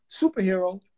superhero